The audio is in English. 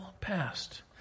passed